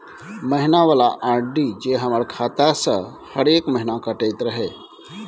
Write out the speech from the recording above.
महीना वाला आर.डी जे हमर खाता से हरेक महीना कटैत रहे?